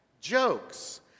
jokes